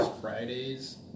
Fridays